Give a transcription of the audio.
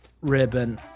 Ribbon